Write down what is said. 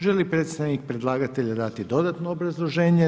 Želi li predstavnik predlagatelja dati dodatno obrazloženje?